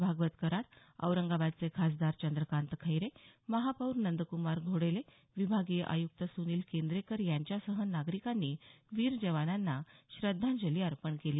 भागवत कराड औरंगाबादचे खासदार चंद्रकांत खैरे महापौर नंदक्मार घोडेले विभागीय आय़क्त सुनील केंद्रेकर यांच्यासह नागरिकांनी वीरजवानांना श्रद्धांजली अर्पण केली